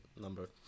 number